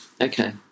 okay